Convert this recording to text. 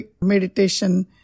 meditation